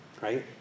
right